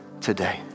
today